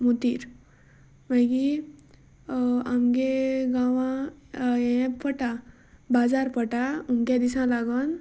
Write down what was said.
मोतीर मागीर आमच्या गांवां हें पडटा बाजार पडटा अमके दिसां लागून